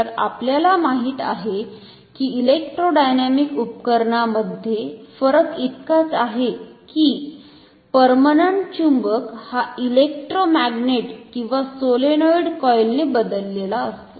तर आपल्याला माहीत आहे की इलेक्ट्रोडायनॅमिक उपकरणामध्ये फरक इतकाच आहे की पर्मनंट चुंबक हा इलेक्ट्रोमॅग्नेट किंवा सोलेनोईड कॉईल ने बदललेला असतो